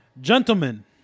Gentlemen